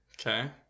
Okay